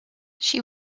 she